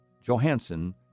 Johansson